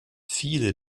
viele